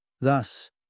Thus